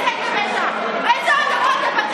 חברת הכנסת שטרית, תודה.